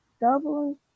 Dublin